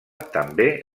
també